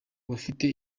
bafite